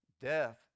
Death